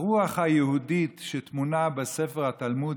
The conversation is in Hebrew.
הרוח היהודית שטמונה בספר התלמוד,